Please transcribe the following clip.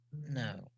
No